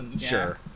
Sure